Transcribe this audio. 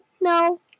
No